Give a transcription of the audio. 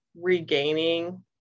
regaining